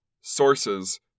sources